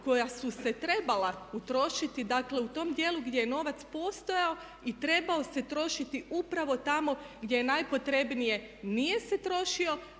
koja su se trebala utrošiti dakle u tom dijelu gdje je novac postojao i trebao se trošiti upravo tamo gdje je najpotrebnije, nije se trošio